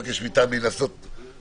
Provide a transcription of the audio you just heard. אדוני מבקש משהו הרבה יותר מפורש,